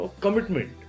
commitment